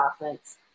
offense